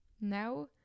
now